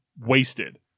wasted